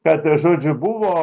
kad žodžiu buvo